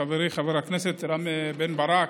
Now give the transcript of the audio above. חברי חבר הכנסת רם בן ברק,